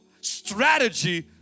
strategy